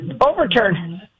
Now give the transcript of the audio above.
overturn